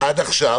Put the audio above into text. עד עכשיו